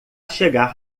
chegar